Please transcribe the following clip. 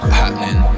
happening